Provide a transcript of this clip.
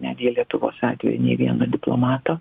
netgi lietuvos atveju nei vieno diplomato